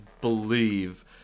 believe